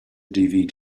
dvd